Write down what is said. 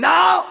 Now